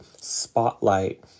spotlight